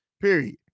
period